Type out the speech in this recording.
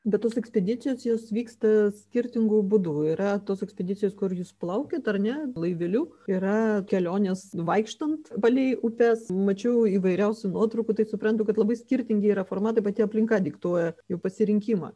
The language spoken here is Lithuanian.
bet tos ekspedicijos jos vyksta skirtingu būdu yra tos ekspedicijos kur jūs plaukiat ar ne laiveliu yra kelionės vaikštant palei upes mačiau įvairiausių nuotraukų tai suprantu kad labai skirtingi yra formatai pati aplinka diktuoja jų pasirinkimą